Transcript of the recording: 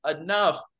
enough